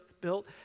built